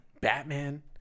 Batman